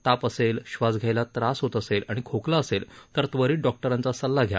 ताप असेल श्वास घ्यायला त्रास होत असेल आणि खोकला असेल तर त्वरित डॉक्टरांचा सल्ला घ्या